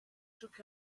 took